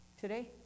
today